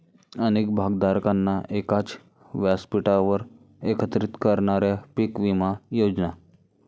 अनेक भागधारकांना एकाच व्यासपीठावर एकत्रित करणाऱ्या पीक विमा योजना